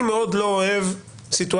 אני מאוד לא אוהב סיטואציה